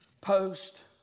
post